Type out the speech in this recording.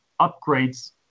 upgrades